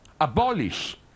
abolish